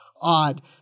odd